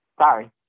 Sorry